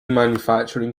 manufacturing